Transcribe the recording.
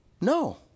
no